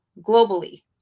globally